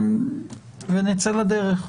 נצא לדרך.